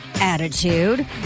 attitude